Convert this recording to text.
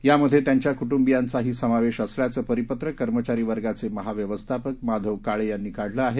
यामध्ये त्यांच्या कुटुंबियांचाही समावेश असल्याचं परिपत्रक कर्मचारी वर्गाचे महाव्यवस्थापक माधव यांनी काढले आहे